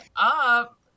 up